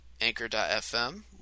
anchor.fm